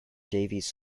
davies